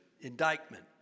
indictment